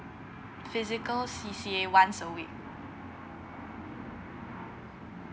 physical C_C_A once a week